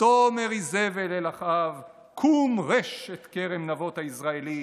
ותאמר איזבל אל אחאב קום רש את כרם נבות היזרעאלי